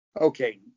Okay